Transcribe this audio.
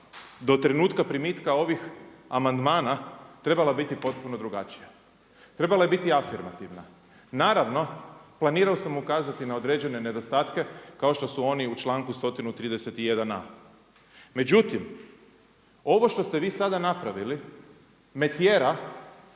do trenutka primitka ovih amandmana trebala biti potpuno drugačija, trebala je biti afirmativna. Naravno, planirao sam ukazati na određene nedostatke kao što su oni u članku 131a. Međutim, ovo što ste vi sada napravili me tjera,